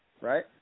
right